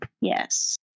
Yes